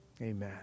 amen